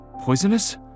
poisonous